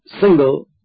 single